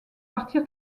partir